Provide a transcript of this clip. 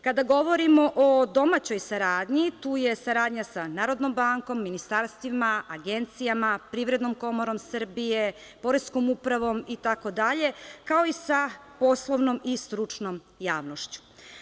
Kada govorimo o domaćoj saradnji, tu je saradnja sa Narodnom bankom, ministarstvima, agencijama, Privrednom komorom Srbije, poreskom upravom itd, kao i sa poslovnom i stručnom javnošću.